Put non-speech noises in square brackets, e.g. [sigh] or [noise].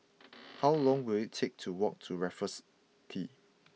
[noise] how long will it take to walk to Raffles Quay